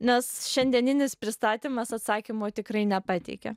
nes šiandieninis pristatymas atsakymo tikrai nepateikė